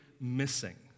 missing